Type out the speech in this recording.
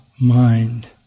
mind